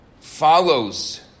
follows